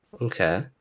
Okay